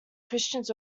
christians